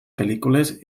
pel·lícules